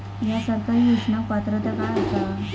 हया सरकारी योजनाक पात्रता काय आसा?